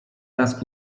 nas